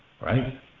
Right